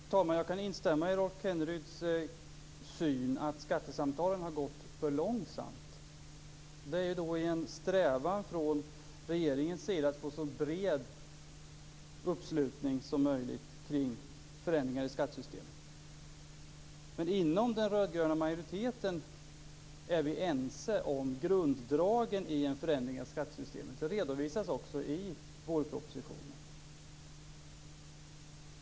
Fru talman! Jag kan instämma i Rolf Kenneryds synpunkt, att det har gått för långsamt med skattesamtalen. Det är då en strävan från regeringens sida att få så bred uppslutning som möjligt kring förändringar i skattesystemet. Men inom den rödgröna majoriteten är vi ense om grunddragen i en förändring av skattesystemet, vilket också redovisas i vårpropositionen.